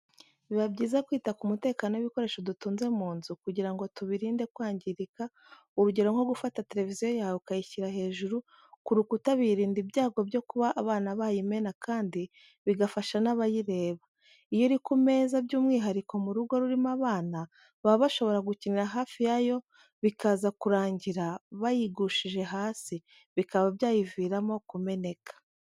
Biba byiza kwita ku mutekeno w'ibikoresho dutunze mu nzu kugira ngo tubirinde kwangirika, urugero nko gufata televiziyo yawe ukayishyira hejuru ku rukuta biyirinda ibyago byo kuba abana bayimena kandi bigafasha n'abayireba. Iyo iri ku meza by'umwihariko mu rugo rurimo abana, baba bashobora gukinira hafi yayo bikaza kurangira bayigushije hasi, bikaba byayiviramo kumeneka.